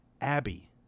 Abby